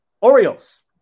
Orioles